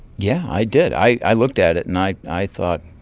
yeah, i did. i i looked at it, and i i thought,